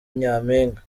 nyampinga